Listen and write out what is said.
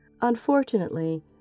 Unfortunately